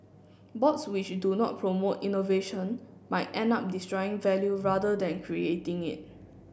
boards which do not promote innovation might end up destroying value rather than creating it